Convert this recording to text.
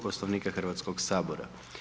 Poslovnika Hrvatskog sabora.